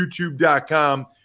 youtube.com